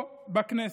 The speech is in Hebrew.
פה בכנסת,